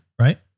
Right